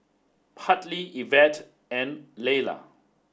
Hartley Evette and Layla